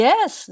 Yes